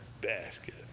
basket